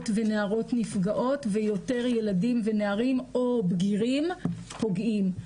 ונערות ונפגעות ויותר ילדים ונערים או בגירים פוגעים.